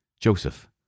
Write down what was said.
Joseph